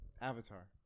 Avatar